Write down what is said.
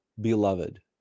beloved